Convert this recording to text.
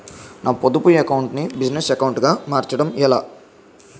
నా పొదుపు అకౌంట్ నీ బిజినెస్ అకౌంట్ గా మార్చడం ఎలా?